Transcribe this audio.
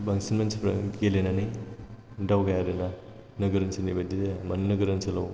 बांसिन मानसिफोरा गेलेनानै दावगाया आरोना नोगोर ओनसोलनि बायदि जाया माने नोगोर ओनसोलाव